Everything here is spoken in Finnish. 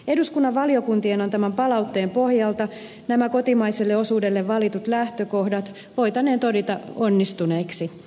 eduskunnan valiokuntien antaman palautteen pohjalta nämä kotimaiselle osuudelle valitut lähtökohdat voitaneen todeta onnistuneiksi